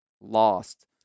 lost